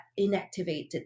inactivated